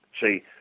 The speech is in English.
See